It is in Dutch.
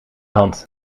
hand